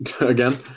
again